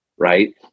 right